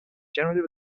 generally